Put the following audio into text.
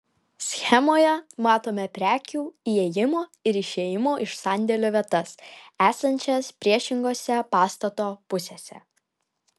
schemoje matome prekių įėjimo ir išėjimo iš sandėlio vietas esančias priešingose pastato pusėse